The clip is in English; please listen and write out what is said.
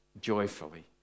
joyfully